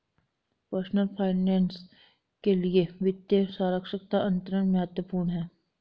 personal finance के लिए वित्तीय साक्षरता अत्यंत महत्वपूर्ण है